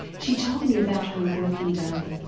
she told me about her working day.